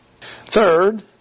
Third